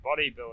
bodybuilding